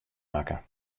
makke